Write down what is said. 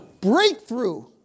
Breakthrough